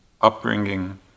upbringing